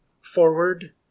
forward